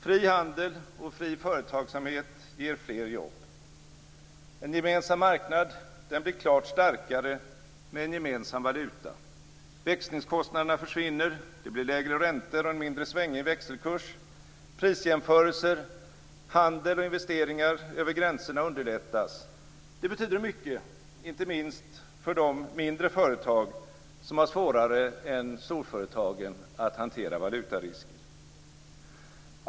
Fri handel och fri företagsamhet ger fler jobb. En gemensam marknad blir klart starkare med en gemensam valuta. Växlingskostnaderna försvinner. Det blir lägre räntor och en mindre svängig växelkurs. Prisjämförelser, handel och investeringar över gränserna underlättas. Det betyder mycket, inte minst för mindre företag som har svårare än storföretagen att hantera valutarisker.